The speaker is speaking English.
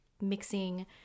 mixing